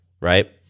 right